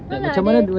no lah they